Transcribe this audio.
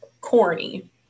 corny